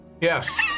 Yes